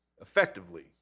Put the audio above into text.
effectively